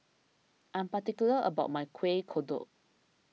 I am particular about my Kueh Kodok